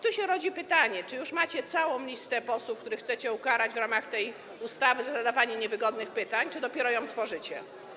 Tu się rodzi pytanie, czy już macie całą listę posłów, których chcecie ukarać w ramach tej ustawy za zadawanie niewygodnych pytań, czy dopiero ją tworzycie.